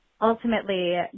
ultimately